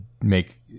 make